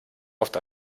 oft